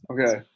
Okay